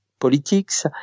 politics